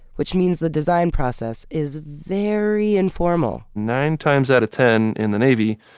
which means the design process is very informal nine times out of ten in the navy,